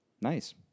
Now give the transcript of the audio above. Nice